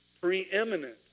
preeminent